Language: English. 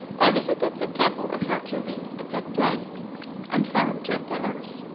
i visited the temple of hercules at that place and found two pillars,